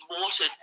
water